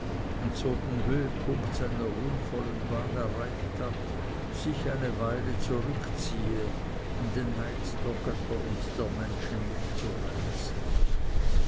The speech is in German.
den höhepunkt seiner ruhmvollen bahn erreicht hat sich eine weile zurückziehe um den neid der götter und der menschen nicht zu reizen